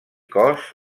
cos